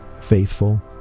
faithful